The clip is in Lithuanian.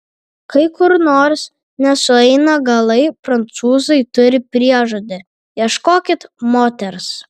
kai kur nors nesueina galai prancūzai turi priežodį ieškokit moters